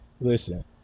Listen